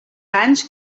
anys